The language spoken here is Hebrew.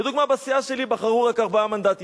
לדוגמה, בסיעה שלי בחרו, רק ארבעה מנדטים.